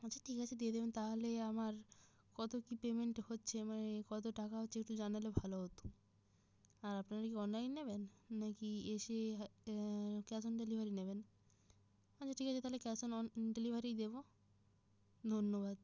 আচ্ছা ঠিক আছে দিয়ে দেবেন তাহলে আমার কত কী পেমেন্ট হচ্ছে মানে কত টাকা হচ্ছে একটু জানালে ভালো হতো আর আপনারা কি অনলাইন নেবেন না কি এসে ক্যাশ অন ডেলিভারি নেবেন আছা ঠিক আছে তাহলে ক্যাশ অন ডেলিভারিই দেব ধন্যবাদ